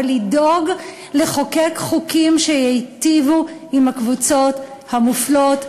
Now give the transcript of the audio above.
ולדאוג לחוקק חוקים שייטיבו עם הקבוצות המופלות,